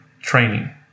training